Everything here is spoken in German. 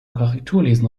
korrekturlesen